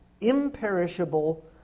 imperishable